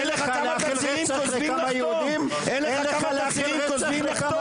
אין לך כמה יהודים להחרים כותבים לכמה